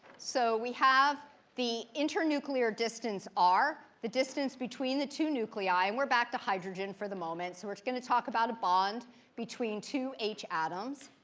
so we have the internuclear distance, r, the distance between the two nuclei. and we're back to hydrogen for the moment, so we're going to talk about a bond between two h atoms.